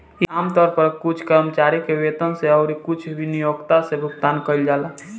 इ आमतौर पर कुछ कर्मचारी के वेतन से अउरी कुछ नियोक्ता से भुगतान कइल जाला